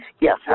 yes